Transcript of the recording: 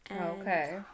okay